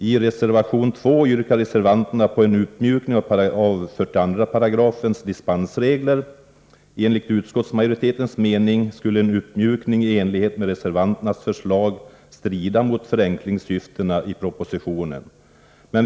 I reservation 2 yrkar reservanterna på en uppmjukning av dispensreglerna i 42§. Enligt utskottsmajoritetens mening skulle en uppmjukning i enlighet med reservanternas förslag strida mot förenklingssyftena i propositionen.